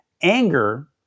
Anger